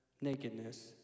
nakedness